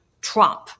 Trump